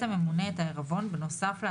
תעודת הכשר.